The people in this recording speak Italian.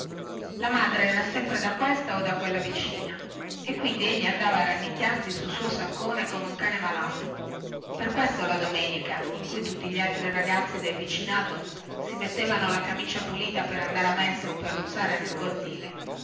la madre era sempre da questa o da quella vicina e quindi egli andava a rannicchiarsi sul suo saccone come un cane malato adunque la domenica in cui tutti gli altri ragazzi del vicinato si mettevano la camicia pulita per andare a messa o per ruzzare nel cortile